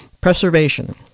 preservation